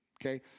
okay